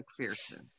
McPherson